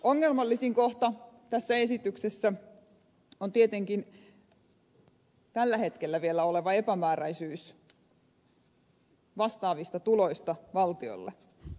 ongelmallisin kohta tässä esityksessä on tietenkin tällä hetkellä vielä oleva epämääräisyys vastaavista tuloista valtiolle